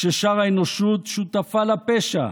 כששאר האנושות שותפה לפשע,